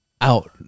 out